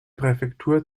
präfektur